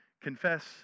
confess